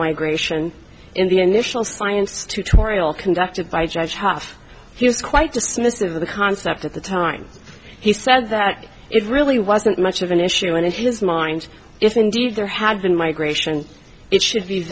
migration in the initial science tutorial conducted by judge hough he was quite dismissive of the concept at the time he said that it really wasn't much of an issue and in his mind if indeed there had been migration it should be